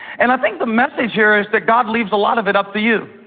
and i think the message here is that god leaves a lot of it up to you.